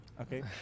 Okay